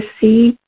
see